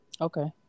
Okay